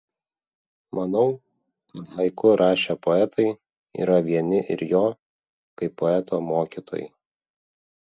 manau kad haiku rašę poetai yra vieni ir jo kaip poeto mokytojai